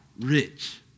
rich